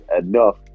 enough